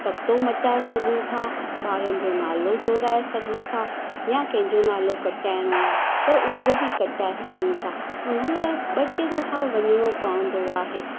पतो मटाए सघू था ॿारनि जो नालो जोड़ाए सघूं था या कंहिंजो नालो कटाइणो आहे त उहो बि कटाए सघूं था उन लाइ ॿ टे दफ़ा वञणो पवंदो आहे